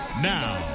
Now